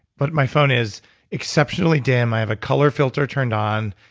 but my phone is exceptionally dim. i have a color filter turned on,